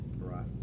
right